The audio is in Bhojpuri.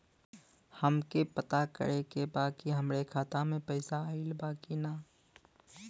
हमके पता करे के बा कि हमरे खाता में पैसा ऑइल बा कि ना?